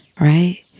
right